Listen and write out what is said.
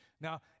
Now